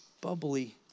bubbly